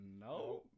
No